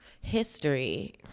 history